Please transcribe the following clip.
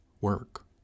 work